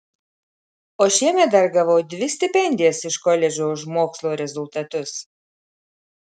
o šiemet dar gavau dvi stipendijas iš koledžo už mokslo rezultatus